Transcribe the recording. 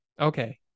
Okay